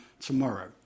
tomorrow